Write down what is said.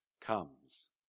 comes